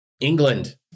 England